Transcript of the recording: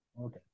Okay